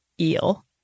eel